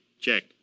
Check